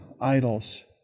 idols